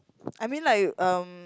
I mean like um